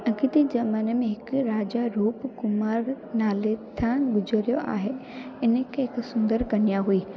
अॻिते ज़माने में हिकु राजा रुपकुमार नाले था गुज़िरियो आहे इन खे हिकु सुंदर कन्या हुई